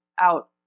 out